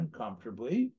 comfortably